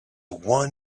one